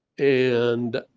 and